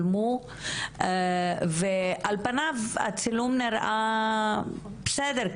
לא הופצו תמונות שיש בהן משהו שבחברה